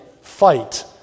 fight